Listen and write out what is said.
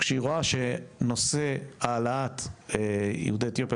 כשהיא רואה שנושא העלאת יהודי אתיופיה,